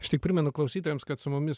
aš tik primenu klausytojams kad su mumis